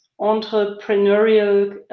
entrepreneurial